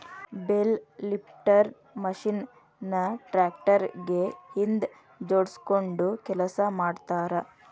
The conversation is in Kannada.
ಬೇಲ್ ಲಿಫ್ಟರ್ ಮಷೇನ್ ನ ಟ್ರ್ಯಾಕ್ಟರ್ ಗೆ ಹಿಂದ್ ಜೋಡ್ಸ್ಕೊಂಡು ಕೆಲಸ ಮಾಡ್ತಾರ